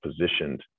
positioned